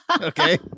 Okay